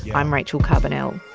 i'm rachel carbonell.